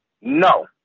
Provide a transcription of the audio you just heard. No